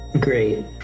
Great